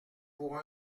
pour